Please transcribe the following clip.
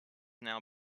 now